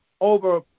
over